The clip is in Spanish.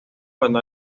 ganó